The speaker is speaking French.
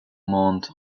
monde